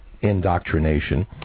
indoctrination